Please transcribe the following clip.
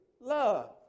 love